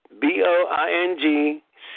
B-O-I-N-G